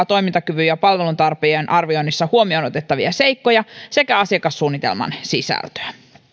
toimintakyvyn ja palvelutarpeen arvioinnissa huomioon otettavia seikkoja sekä asiakassuunnitelman sisältöä